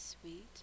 sweet